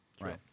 Right